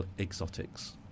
exotics